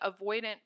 avoidant